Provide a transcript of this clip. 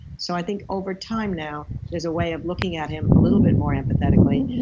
so i think over time now, there's a way of looking at him a little bit more empathetically,